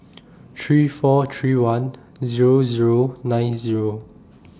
three four three one Zero Zero nine Zero